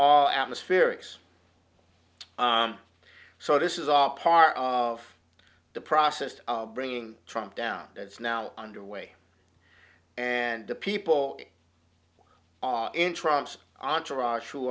all atmospherics so this is all part of the process of bringing trump down that's now underway and the people in trump's entourage who